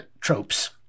tropes